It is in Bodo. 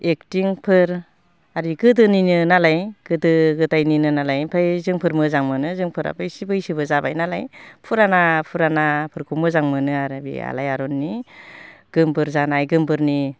एक्टिंफोर आरो गोदोनिनोनालाय गोदो गोदायनिनोनालाय ओमफाय जोंफोर मोजां मोनो जोंफोराबो इसे बैसोबो जाबायनालाय फुराना फुरानाफोरखौ मोजां मोनो आरो बे आलायारननि गोमबोर जानाय गोमबोरनि